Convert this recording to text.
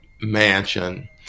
mansion